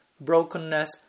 brokenness